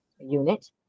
unit